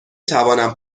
توانم